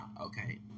Okay